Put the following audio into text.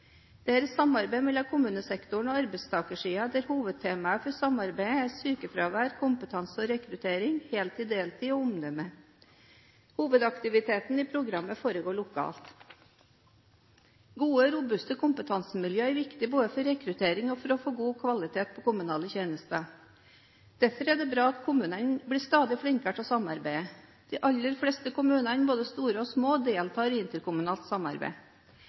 samarbeid mellom kommunesektoren og arbeidstakersiden, der hovedtemaet for samarbeidet er sykefravær, kompetanse og rekruttering, heltid/deltid og omdømme. Hovedaktiviteten i programmet foregår lokalt. Gode og robuste kompetansemiljø er viktig både for rekruttering og for å få god kvalitet på kommunale tjenester. Derfor er det bra at kommunene blir stadig flinkere til å samarbeide. De aller fleste kommunene, både store og små, deltar i interkommunalt samarbeid.